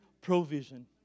provision